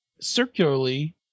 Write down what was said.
circularly